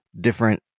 different